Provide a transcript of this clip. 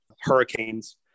hurricanes